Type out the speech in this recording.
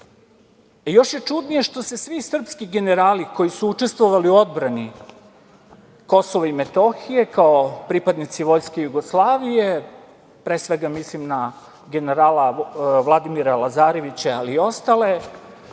Još je čudnije što se svi srpski generali koji su učestvovali u odbrani Kosova i Metohije, kao pripadnici vojske Jugoslavije, pre svega mislim na generala Vladimira Lazarevića, ali i ostale,